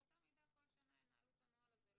באותה מידה כל שנה ינהלו את הנוהל הזה.